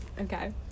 Okay